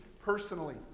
personally